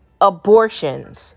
abortions